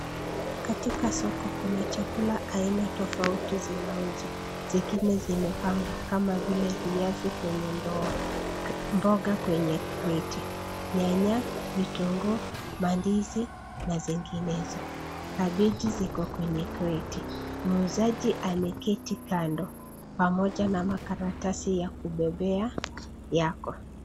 Katika soko kuna chakula aina tofauti zinauzwa, zingine zimepangwa, kama vile viazi kwenye ndoo, mboga kwenye kreti, nyanya, vitunguu, mandizi, na zinginezo. Kabiji ziko kwenye kreti. Muuzaji ameketi kando, pamoja na makaratasi ya kubebea, yako.